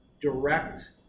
direct